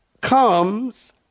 comes